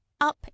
Up